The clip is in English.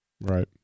Right